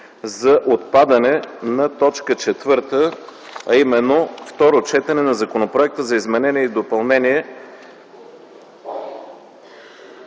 за отпадане на т. 7, а именно второ четене на Законопроекта за изменение и допълнение